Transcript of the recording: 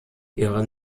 ihre